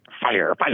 Fire